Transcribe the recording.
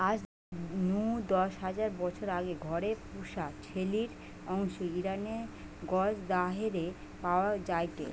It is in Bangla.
আজ নু দশ হাজার বছর আগে ঘরে পুশা ছেলির অংশ ইরানের গ্নজ দারেহে পাওয়া যায়টে